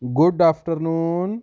good afternoon